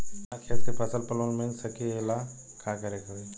अपना खेत के फसल पर लोन मिल सकीएला का करे के होई?